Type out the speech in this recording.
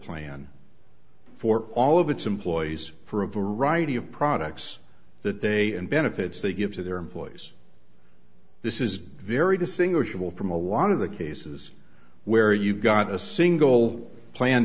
plan for all of its employees for a variety of products that they and benefits they give to their employees this is very distinguishable from a lot of the cases where you've got a single plan